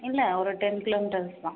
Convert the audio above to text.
இல்லை ஒரு ten kilometres தான்